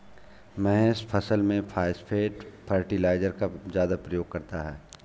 महेश फसल में phosphate fertiliser का ज्यादा प्रयोग करता है